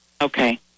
Okay